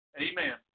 Amen